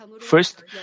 First